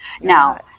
Now